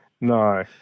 No